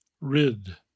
Rid